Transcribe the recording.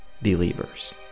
believers